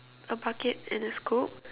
a bucket and a scoop